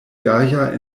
gaja